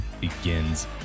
begins